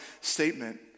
statement